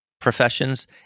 professions